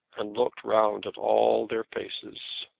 and looked round at all their faces.